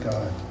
God